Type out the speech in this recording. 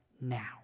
now